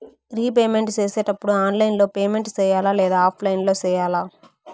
repayment సేసేటప్పుడు online లో payment సేయాలా లేదా ఆఫ్లైన్ లో సేయాలా